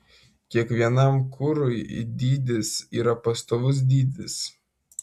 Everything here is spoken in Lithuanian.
kiekvienam kurui dydis yra pastovus dydis